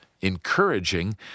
encouraging